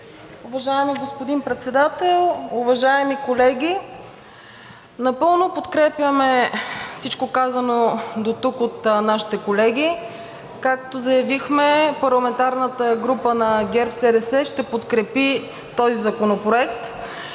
Уважаеми господин Председател, уважаеми колеги! Напълно подкрепяме всичко казано дотук от нашите колеги. Както заявихме, парламентарната група на ГЕРБ-СДС ще подкрепи този законопроект.